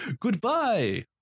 Goodbye